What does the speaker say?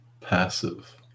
passive